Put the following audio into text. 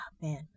man